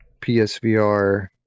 PSVR